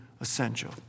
essential